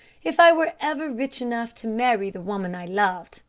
if i were ever rich enough to marry the woman i loved,